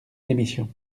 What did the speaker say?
démission